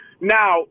Now